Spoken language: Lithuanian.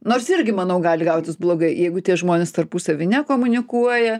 nors irgi manau gali gautis blogai jeigu tie žmonės tarpusavy nekomunikuoja